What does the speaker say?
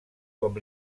com